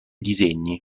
disegni